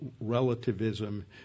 relativism